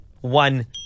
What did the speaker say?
one